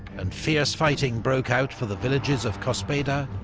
and fierce fighting broke out for the villages of cospeda,